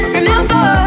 remember